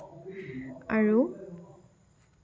আৰু